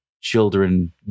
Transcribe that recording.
children